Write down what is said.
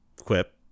quip